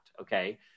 Okay